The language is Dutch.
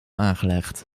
aangelegd